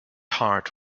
heart